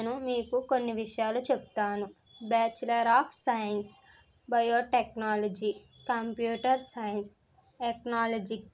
నేను మీకు కొన్ని విషయాలు చెప్తాను bachelor of science biotechnology computer science technology